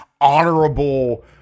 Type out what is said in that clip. honorable